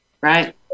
right